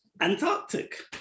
Antarctic